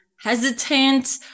hesitant